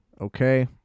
Okay